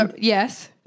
Yes